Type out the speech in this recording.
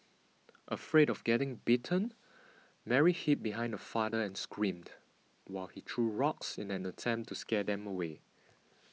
afraid of getting bitten Mary hid behind her father and screamed while he threw rocks in an attempt to scare them away